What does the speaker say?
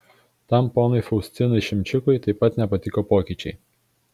tam ponui faustinui šimčikui taip pat nepatiko pokyčiai